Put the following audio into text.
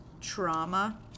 trauma